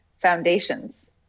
foundations